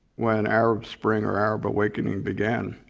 when arab spring or arab awakening began.